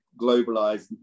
globalized